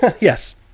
Yes